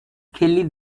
kelly